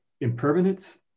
impermanence